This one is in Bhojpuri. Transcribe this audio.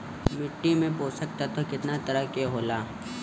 मिट्टी में पोषक तत्व कितना तरह के होला?